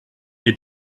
est